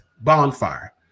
bonfire